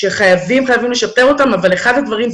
שחייבים לשפר אותן אבל אחד הדברים,